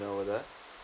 over there